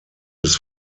des